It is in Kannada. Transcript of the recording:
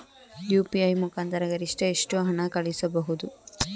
ಯು.ಪಿ.ಐ ಮುಖಾಂತರ ಗರಿಷ್ಠ ಎಷ್ಟು ಹಣ ಕಳಿಸಬಹುದು?